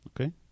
Okay